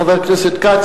חבר הכנסת כץ,